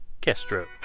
Castro